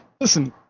Listen